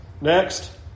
Next